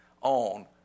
on